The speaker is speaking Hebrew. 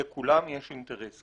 לכולם יש אינטרס.